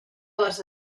les